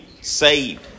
saved